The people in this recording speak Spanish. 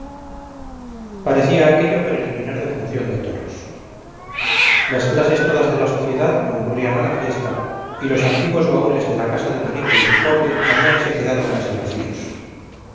parecía aquello preliminar de función de toros las clases todas de la sociedad concurrían a la fiesta y los antiguos baúles de la casa del rico y del pobre habíanse quedado casi vacíos